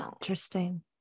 Interesting